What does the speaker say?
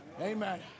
Amen